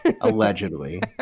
Allegedly